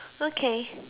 okay